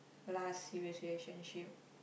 last serious relationship